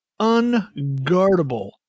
unguardable